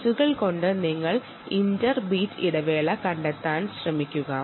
പൾസുകൾ കൊണ്ട് നിങ്ങൾ inter beat interval കണ്ടെത്താൻ ശ്രമിക്കുക